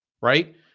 right